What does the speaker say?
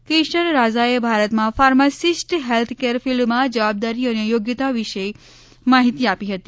કેશર રાઝાએ ભારતમાં pharmacist healthcare ફિલ્ડમાં જવાબદારી અને યોગ્યતા વિશે માહિતી આપી હતી